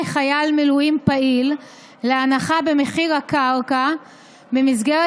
חייל מילואים פעיל זכאי להנחה במחיר הקרקע במסגרת